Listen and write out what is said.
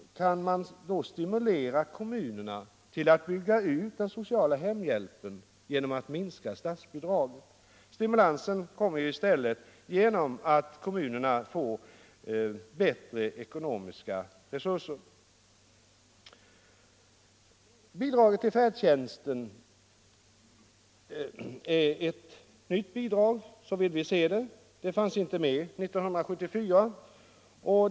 Kan man då stimulera kommunerna till att bygga ut den sociala hemhjälpen genom att minska statsbidragen? Stimulansen kommer ju i stället genom att kommunerna får bättre ekonomiska resurser. Bidraget till färdtjänsten är ett nytt bidrag. Det fanns inte med förra året.